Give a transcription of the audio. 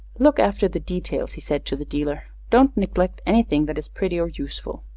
look after the details, he said to the dealer. don't neglect anything that is pretty or useful.